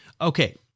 Okay